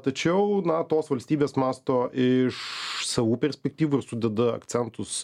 tačiau na tos valstybės masto iš savų perspektyvų ir sudeda akcentus